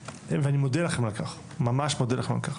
ואני מודה לכם על כך, ממש מודה לכם על כך.